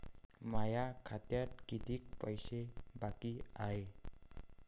माया खात्यात कितीक पैसे बाकी हाय?